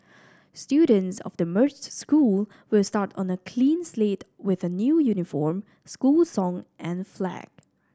students of the merged school will start on a clean slate with a new uniform school song and flag